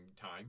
time